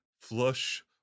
flush